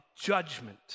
judgment